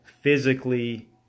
physically